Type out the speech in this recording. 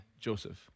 Joseph